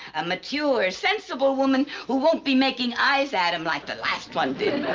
a mature, sensible woman who won't be making eyes at him like the last one did.